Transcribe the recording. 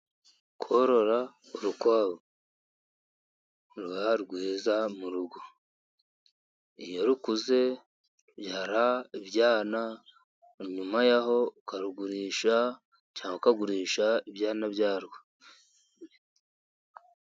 Korora urukwavu ruba rwiza mu rugo iyo rukuze rubyara ibyana, hanyuma yaho ukarugurisha, cyangwa ukagurisha ibyana byarwo.